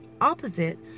opposite